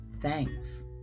thanks